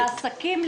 לעסקים,